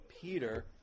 Peter